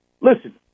listen